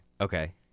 Okay